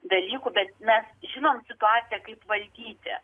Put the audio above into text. dalykų bet mes žinome situaciją kaip valdyti